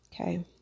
Okay